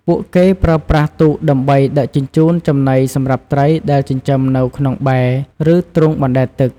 ពួកគេប្រើប្រាស់ទូកដើម្បីដឹកជញ្ជូនចំណីសម្រាប់ត្រីដែលចិញ្ចឹមនៅក្នុងបែរ ឬទ្រុងបណ្ដែតទឹក។